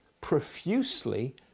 profusely